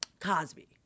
Cosby